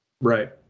Right